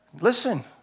Listen